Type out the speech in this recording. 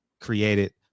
created